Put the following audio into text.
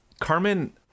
carmen